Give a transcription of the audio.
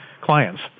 clients